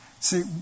See